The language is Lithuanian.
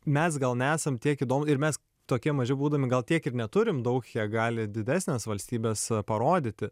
mes gal nesam tiek įdomus ir mes tokie maži būdami gal tiek ir neturim daug kiek gali didesnės valstybės parodyti